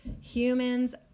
Humans